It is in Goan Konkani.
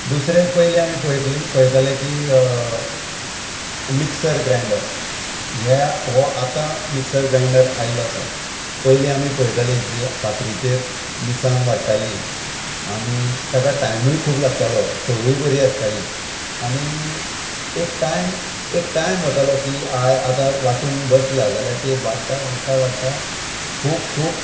दुसरें पयलीं आमी पळयतली पळयताले की मिक्सर ग्रायडर हे हो आतां मिक्सर ग्रायडर आयल्लो आसा पयलीं आमी पळयताली जी फातरीचेर मिरसांग वाडटाली आनी ताका टायमूय खूब लागतालो चवय बरी आसताली आनी एक टायम एक टायम वतालो की आयज आतां वांटूंक बसला जाल्यार ती वाडटा वाडटा वाडटा खूब खूब